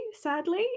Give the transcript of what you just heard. sadly